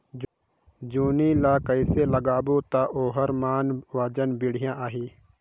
जोणी ला कइसे लगाबो ता ओहार मान वजन बेडिया आही?